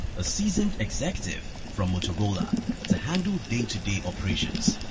a seasoned executive from motorola to handle day-to-day operations,